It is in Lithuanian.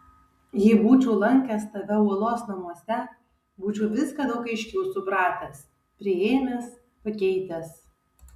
jei būčiau lankęs tave uolos namuose būčiau viską daug aiškiau supratęs priėmęs pakeitęs